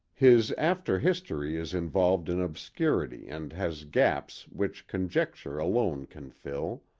his after history is involved in obscurity and has gaps which conjecture alone can fill.